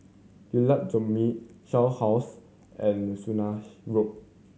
Jalan Zamrud Shell House and Swanage Road